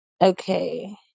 Okay